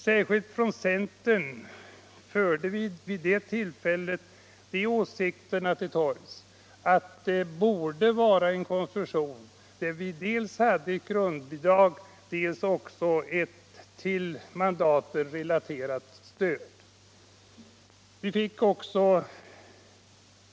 Särskilt centern förde vid det tillfället de åsikterna till torgs att det borde vara en konstruktion med dels ett grundbidrag, dels ett till mandaten relaterat stöd.